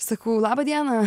sakau laba diena